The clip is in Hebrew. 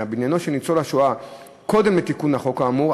בעניינו של ניצול השואה קודם לתיקון החוק האמור,